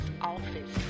office